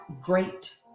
great